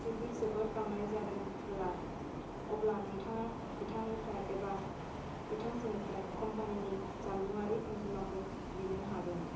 जुदि जोबोद बाङाय जादोंबोला अब्ला नोंथाङा बिथांनिफ्राय एबा बिथांजोनिफ्राय कम्पानिनि जानबुङारि अनजिमाखौ बिनो हागोन